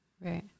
Right